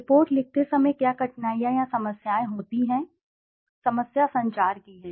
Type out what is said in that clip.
report लिखते समय क्या कठिनाइयाँ या समस्याएँ होती हैं समस्या संचार की है